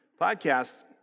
podcast